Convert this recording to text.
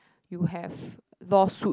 you have law suit